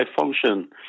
function